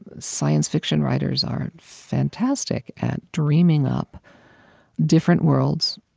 science fiction writers are fantastic at dreaming up different worlds,